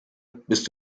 bist